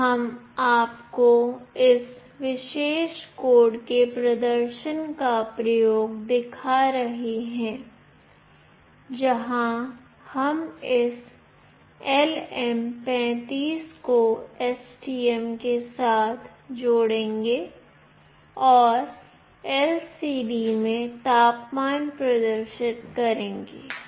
अब हम आपको इस विशेष कोड के प्रदर्शन का प्रयोग दिखा रहे हैं जहाँ हम इस LM35 को STM के साथ जोड़ेंगे और LCD में तापमान प्रदर्शित करेंगे